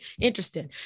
interesting